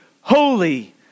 holy